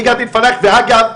ואגב,